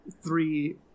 three